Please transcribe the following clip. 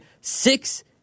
Six